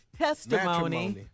Testimony